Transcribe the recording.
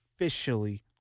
officially